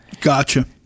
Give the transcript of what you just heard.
Gotcha